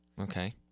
Okay